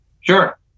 Sure